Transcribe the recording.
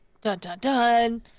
Dun-dun-dun